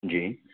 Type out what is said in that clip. جی